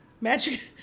Magic